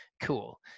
cool